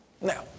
Now